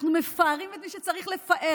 אנחנו מפארים את מי שצריך לפאר,